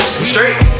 Straight